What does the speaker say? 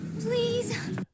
Please